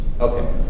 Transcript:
Okay